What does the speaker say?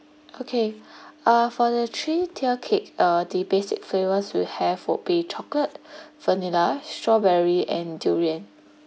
okay uh for the three tier cake uh the basic flavors we have would be chocolate vanilla strawberry and durian